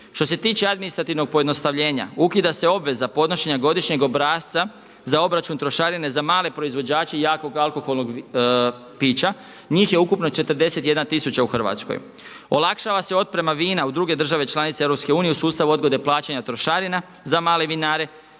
Što se tiče administrativnog pojednostavljenja ukida se obveza podnošenja godišnjeg obrasca za obračun trošarine za male proizvođače jakog alkoholnog pića. Njih je ukupno 41 tisuća u Hrvatskoj. Olakšava se otprema vina u druge države članice EU u sustavu odgode plaćanja trošarina za male vinare